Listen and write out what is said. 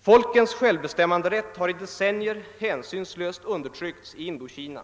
Folkens självbestämmanderätt har i decennier hänsynslöst undertryckts i Indokina.